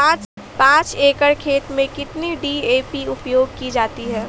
पाँच एकड़ खेत में कितनी डी.ए.पी उपयोग की जाती है?